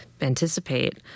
anticipate